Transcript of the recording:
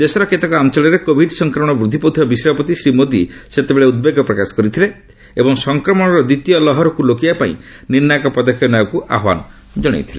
ଦେଶର କେତେକ ଅଞ୍ଚଳରେ କୋଭିଡ୍ ସଂକ୍ରମଣ ବୃଦ୍ଧି ପାଉଥିବା ବିଷୟ ପ୍ରତି ଶ୍ରୀ ମେଦି ସେତେବେଳେ ଉଦ୍ବେଗ ପ୍ରକାଶ କରିଥିଲେ ଏବଂ ସଂକ୍ରମଣର ଦ୍ୱିତୀୟ ଲହରକୁ ରୋକିବାପାଇଁ ନିର୍ଷ୍ଣାୟକ ପଦକ୍ଷେପ ନେବାକୁ ଆହ୍ୱାନ କରିଥିଲେ